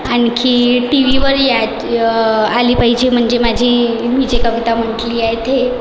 आणखी टीव्हीवर याय आली पाहिजे म्हणजे माझी मी जे कविता म्हटली आहे ते